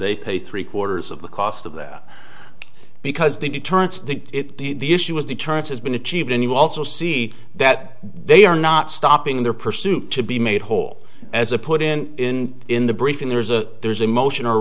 they pay three quarters of the cost of that because the deterrence the issue was deterrence has been achieved and you also see that they are not stopping their pursuit to be made whole as a put in in the briefing there's a there's a motion